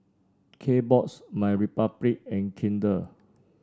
Kbox MyRepublic and Kinder